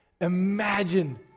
Imagine